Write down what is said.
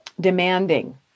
demanding